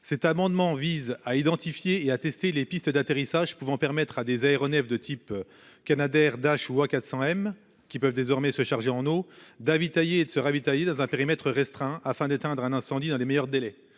Cet amendement vise à identifier et à tester les pistes d'atterrissage pouvant permettre à des aéronefs de type Canadair Dash ou A400M qui peuvent désormais se charger en haut David taillés et de se ravitailler dans un périmètre restreint afin d'éteindre un incendie dans les meilleurs délais.